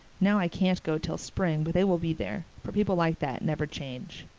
now i can't go till spring, but they will be there, for people like that never change.